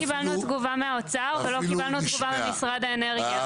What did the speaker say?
לא קיבלנו תגובה מהאוצר ולא ממשרד האנרגיה.